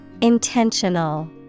Intentional